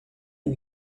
you